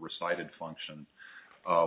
reciting function